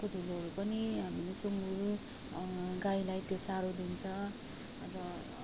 त्यसको धुलोहरू पनि हामीले सुँगुर गाईलाई त्यो चारो दिन्छ र